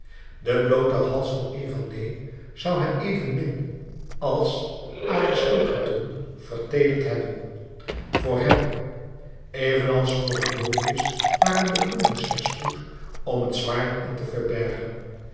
de bloote hals van evadné zou hem evenmin als aristogiton verteederd hebben voor hem evenals voor harmodius waren de bloemen slechts goed om het zwaard in te verbergen